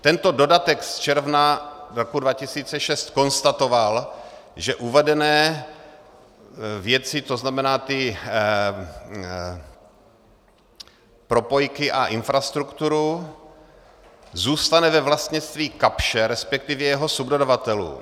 Tento dodatek z června roku 2006 konstatoval, že uvedené věci, to znamená ty propojky a infrastruktura, zůstanou ve vlastnictví Kapsche, respektive jeho subdodavatelů.